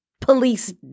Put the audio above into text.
police